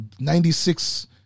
96